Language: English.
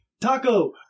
Taco